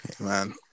Man